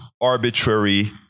arbitrary